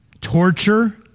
Torture